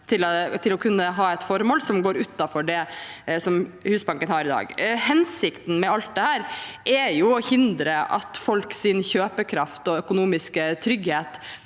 til å kunne ha et formål som går utover det som Husbanken har i dag. Hensikten med alt dette er å hindre at folks kjøpekraft og økonomiske trygghet